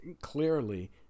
clearly